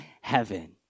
heaven